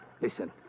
Listen